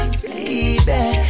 baby